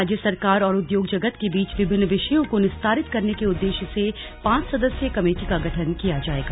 राज्य सरकार और उद्योग जगत के बीच विभिन्न विषयों को निस्तारित करने के उद्दे य से पांच सदस्यीय कमेटी का गठन किया जाएगा